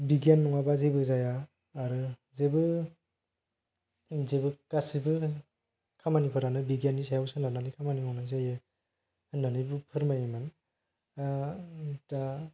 बिगियान नङाबा जेबा जाया आरो जेबो जेबो गासिबो खामानिफोरानो बिगियाननि सायाव सोनारनानै खामानि मावनाय जायो होननानै फोरमायोमोन दा